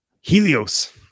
Helios